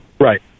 Right